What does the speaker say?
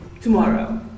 tomorrow